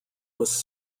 was